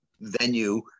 venue